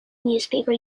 newspaper